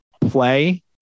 play